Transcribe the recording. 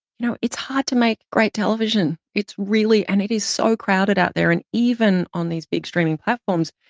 you know, it's hard to make great television. it's really. and it is so crowded out there. and even on these big, streaming platforms,